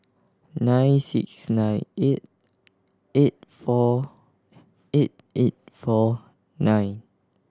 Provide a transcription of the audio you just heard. nine six nine eight eight four eight eight four nine